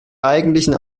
eigentlichen